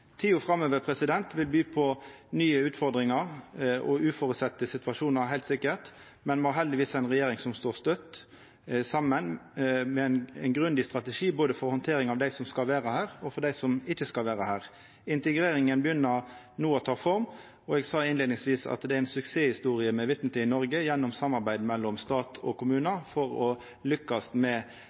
Tida framover vil by på nye utfordringar og uventa situasjonar, heilt sikkert, men me har heldigvis ei regjering som står støtt saman, med ein grundig strategi for handtering av både dei som skal vera her, og dei som ikkje skal vera her. Integreringa begynner no å ta form. Eg sa i innleiinga at det er ei suksesshistorie me er vitne til i Noreg, gjennom samarbeidet mellom stat og kommunar for å lykkast med